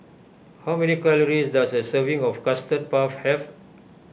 how many calories does a serving of Custard Puff have